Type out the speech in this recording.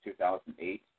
2008